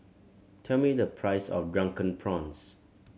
tell me the price of Drunken Prawns